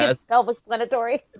self-explanatory